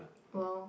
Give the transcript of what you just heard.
well